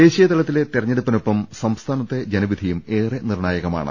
ദേശീയതലത്തിലെ തെരഞ്ഞെടുപ്പിനൊപ്പം സംസ്ഥാനത്തെ ജനവിധിയും ഏറെ നിർണ്ണായകമാണ്